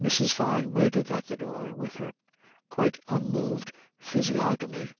mrs. fyne waited at the door with her quite unmoved physiognomy